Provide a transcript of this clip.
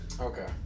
okay